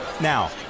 now